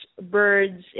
birds